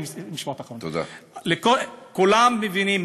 משפט אחרון: כולם מבינים,